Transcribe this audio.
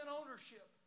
ownership